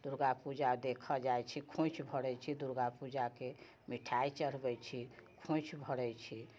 दुर्गा पूजा देखऽ जाइ छी खोइँछ भरै छी दुर्गा पूजाके मिठाइ चढ़बै छी खोइँछ भरै छी